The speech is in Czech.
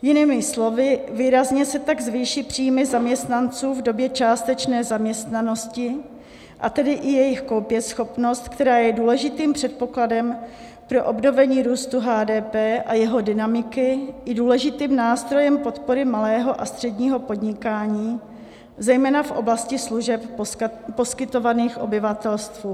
Jinými slovy, výrazně se tak zvýší příjmy zaměstnanců v době částečné zaměstnanosti, a tedy i jejich koupěschopnost, která je důležitým předpokladem pro obnovení růstu HDP a jeho dynamiky i důležitým nástrojem podpory malého a středního podnikání, zejména v oblasti služeb poskytovaných obyvatelstvu.